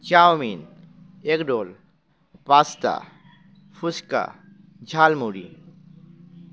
chowmein egg roll pasta phuchka jhalmuri